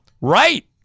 Right